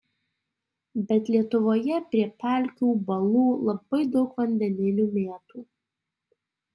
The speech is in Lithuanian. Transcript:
bet lietuvoje prie pelkių balų labai daug vandeninių mėtų